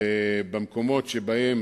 ובמקומות שבהם